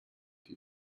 die